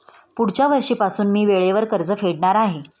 पुढच्या वर्षीपासून मी वेळेवर कर्ज फेडणार आहे